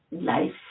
life